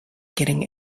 getting